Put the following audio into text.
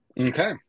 Okay